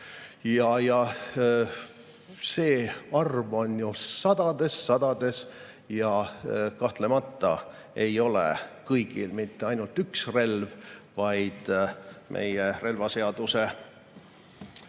See arv on sadades ja sadades. Ja kahtlemata ei ole kõigil mitte ainult üks relv, vaid meie relvaseadus